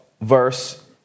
verse